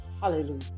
hallelujah